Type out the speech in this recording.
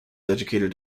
educated